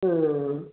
ம்